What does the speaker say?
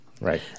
right